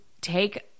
take